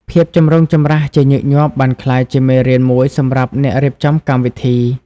ភាពចម្រូងចម្រាសជាញឹកញាប់បានក្លាយជាមេរៀនមួយសម្រាប់អ្នករៀបចំកម្មវិធី។